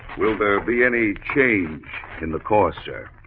will there be any change in the course sir.